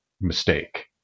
mistake